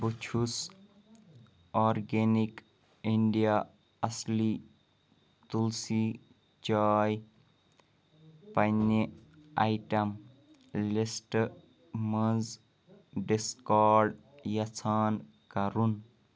بہٕ چھُس organic India اصلی تُلسی چاے پننہِ آیٹم لسٹ منٛز ڈِسکارڈ یژھان کرُن